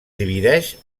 divideix